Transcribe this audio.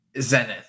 zenith